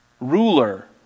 ruler